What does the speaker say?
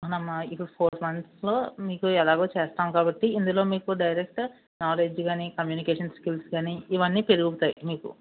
అవునమ్మా ఇది ఫోర్ మంత్స్లో మీకు ఎలాగో చేస్తాం కాబట్టి ఇందులో మీకు డైరెక్ట్ నాలెడ్జ్ కానీ కమ్యూనికేషన్ స్కిల్స్ కానీ ఇవి అన్నిపెరుగుతాయి మీకు